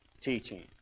teaching